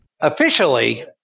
Officially